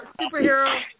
Superhero